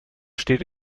steht